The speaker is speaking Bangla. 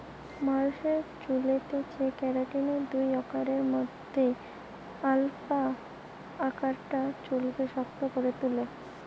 মানুষের চুলেতে কেরাটিনের দুই আকারের মধ্যে আলফা আকারটা চুলকে শক্ত করে তুলে